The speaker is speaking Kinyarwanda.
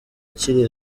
kiri